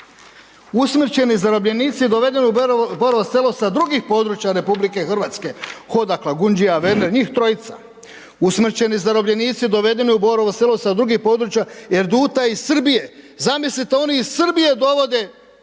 Usmrćeni zarobljenici dovedeni u Borovo Selo sa drugih područja RH. .../Govornik se ne razumije./... njih trojica. Usmrćeni zarobljenici dovedeni u Borovo Selo sa drugih područja Erduta i Srbije. Zamislite, oni iz Srbije dovode,